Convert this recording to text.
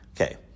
Okay